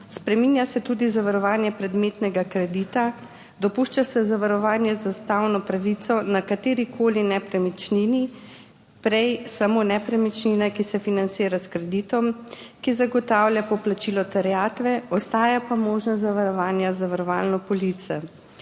spreminja se tudi zavarovanje predmetnega kredita, dopušča se zavarovanje za stavbno pravico na kateri koli nepremičnini, prej samo nepremičnine, ki se financira s kreditom, ki zagotavlja poplačilo terjatve, ostaja pa možnost zavarovanja zavarovalne police.